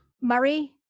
Murray